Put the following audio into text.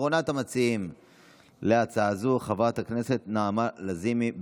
אחרונת המציעים להצעה זו, חברת הכנסת נעמה לזימי.